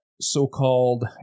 So-called